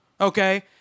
okay